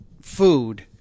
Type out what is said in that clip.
food